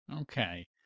Okay